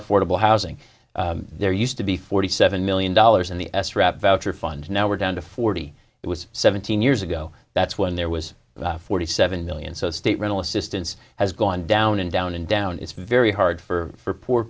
affordable housing there used to be forty seven million dollars in the s rap voucher fund now we're down to forty it was seventeen years ago that's when there was forty seven million so state rental assistance has gone down and down and down it's very hard for poor